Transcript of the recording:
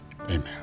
amen